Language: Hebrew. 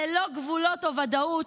ללא גבולות או ודאות,